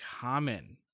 common